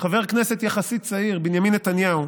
חבר כנסת יחסית צעיר, בנימין נתניהו,